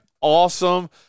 awesome